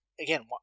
again